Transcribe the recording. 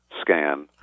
scan